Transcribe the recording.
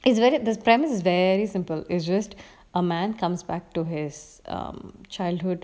is very the premise is very simple is just a man comes back to his um childhood